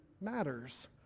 matters